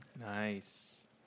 Nice